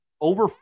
over